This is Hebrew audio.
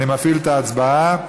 אני מפעיל את ההצבעה.